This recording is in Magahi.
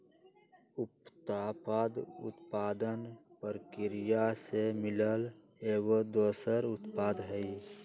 उपोत्पाद उत्पादन परकिरिया से मिलल एगो दोसर उत्पाद हई